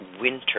winter